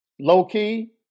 Low-key